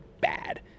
Bad